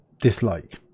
dislike